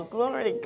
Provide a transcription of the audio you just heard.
Glory